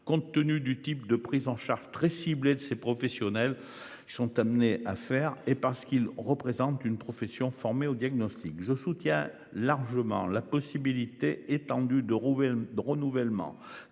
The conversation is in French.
compte tenu du type de prise en charge très ciblée de ces professionnels sont amenés à faire et parce qu'il représente une profession formés au diagnostic je soutient largement la possibilité étendue de Roubaix,